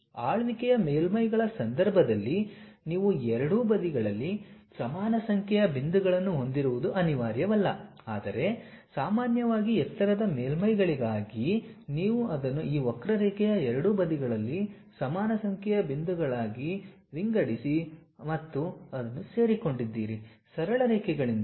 ಆಳ್ವಿಕೆಯ ಮೇಲ್ಮೈಗಳ ಸಂದರ್ಭದಲ್ಲಿ ನೀವು ಎರಡೂ ಬದಿಗಳಲ್ಲಿ ಸಮಾನ ಸಂಖ್ಯೆಯ ಬಿಂದುಗಳನ್ನು ಹೊಂದಿರುವುದು ಅನಿವಾರ್ಯವಲ್ಲ ಆದರೆ ಸಾಮಾನ್ಯವಾಗಿ ಎತ್ತರದ ಮೇಲ್ಮೈಗಳಿಗಾಗಿ ನೀವು ಅದನ್ನು ಈ ವಕ್ರರೇಖೆಯ ಎರಡೂ ಬದಿಗಳಲ್ಲಿ ಸಮಾನ ಸಂಖ್ಯೆಯ ಬಿಂದುಗಳಾಗಿ ವಿಂಗಡಿಸಿ ಮತ್ತು ಸೇರಿಕೊಂಡಿದ್ದೀರಿ ಸರಳ ರೇಖೆಗಳಿಂದ